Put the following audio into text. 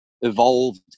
evolved